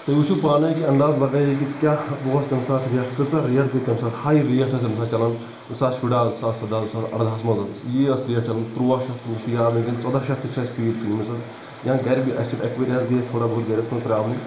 تُہۍ وُچُھو پانَے اَنداز لگٲیِو تُہۍ کِیٛاہ اوس تِمہِ ساتہٕ ریٹ کۭژاہ ریٹ گٔے تمہِ ساتہٕ ہاے ریٹ ٲسۍ تمہِ ساتہٕ چلان زٕ ساس شُراہ زٕ ساس سداہ زٕ ساس اَرداہَس منٛز ٲسۍ یی گژھان ریٹ تُرواہ شیٚتھ یہِ مےٚ چھُ یاد ونکیٚن تہِ ژۄداہ شیٚتھ تہِ چھِ اسہِ پیٖٹۍ کٕنمٕژ یا گَرِ اَسہِ أنۍ اَکہ ؤرۍ یہِ حظ گٔے اَسہِ تھوڑا بہت پرابلِم